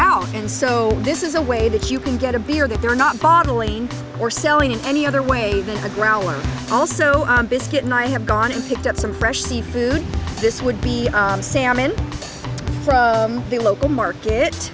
al and so this is a way that you can get a beer that they're not bottling or selling in any other way than a growl and also biscuit ny have gone and picked up some fresh seafood this would be salmon from the local market